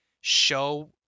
show